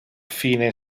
fine